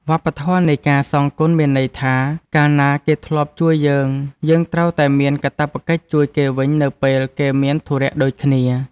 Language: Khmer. វប្បធម៌នៃការសងគុណមានន័យថា កាលណាគេធ្លាប់ជួយយើង យើងត្រូវតែមានកាតព្វកិច្ចជួយគេវិញនៅពេលគេមានធុរៈដូចគ្នា។